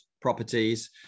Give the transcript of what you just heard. properties